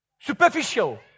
Superficial